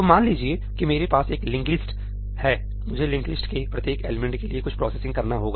तो मान लीजिए कि मेरे पास एक लिंक्ड लिस्ट है मुझे लिंक्ड लिस्ट के प्रत्येक एलिमेंट के लिए कुछ प्रोसेसिंग करना होगा